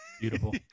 Beautiful